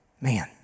Man